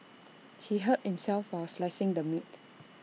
he hurt himself while slicing the meat